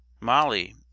molly